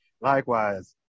Likewise